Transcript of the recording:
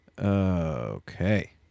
Okay